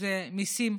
זה מיסים,